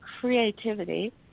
creativity